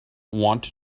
want